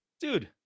dude